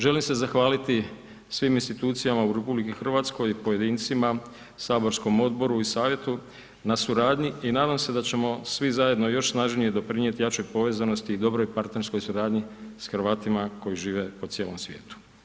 Želim se zahvaliti svim institucijama u RH, pojedincima, saborskog odboru i Savjetu na suradnji i nadam se da ćemo svi zajedno još snažnije doprinijeti jačoj povezanosti i dobroj partnerskoj suradnji s Hrvatima koji žive po cijelom svijetu.